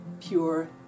pure